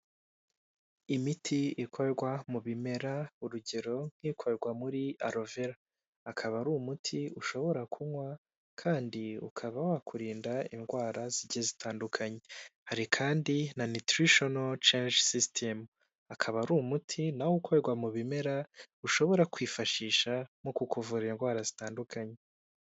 Imiti ikorwa mu bimera urugero nk'ikorwa muri arovera, akaba ari umuti ushobora kunywa kandi ukaba wakurinda indwara zijye zitandukanye. Hari kandi na nitirishiyonol canje sisitemu akaba ari umuti na ukorwa mu bimera ushobora kwifashisha nko kuvura indwara zitandukanye.